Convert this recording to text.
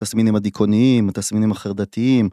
התסמינים הדיכאוניים, התסמינים החרדתיים.